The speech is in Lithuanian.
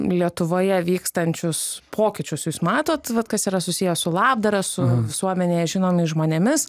lietuvoje vykstančius pokyčius jūs matot vat kas yra susiję su labdara su visuomenėje žinomais žmonėmis